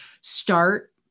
start